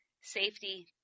safety